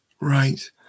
Right